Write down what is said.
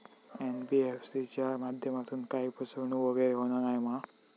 NBFC च्या माध्यमातून काही फसवणूक वगैरे होना नाय मा?